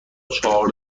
چهار